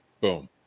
Boom